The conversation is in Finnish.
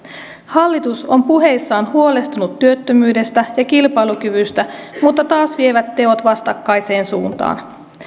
hallitus on puheissaan huolestunut työttömyydestä ja kilpailukyvystä mutta taas vievät teot vastakkaiseen suuntaan